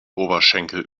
oberschenkel